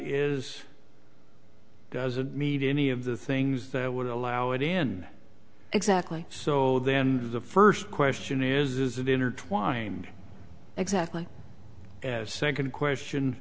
is doesn't need any of the things that would allow it in exactly so then the first question is that intertwined exactly as a second question